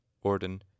orden